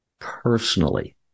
personally